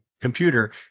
computer